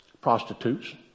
prostitutes